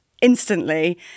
instantly